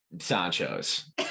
Sancho's